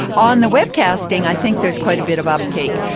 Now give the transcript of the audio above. on the webcasting i think there's quite a bit of uptake.